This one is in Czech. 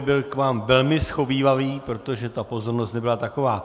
Byl k vám velmi shovívavý, protože ta pozornost nebyla taková.